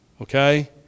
Okay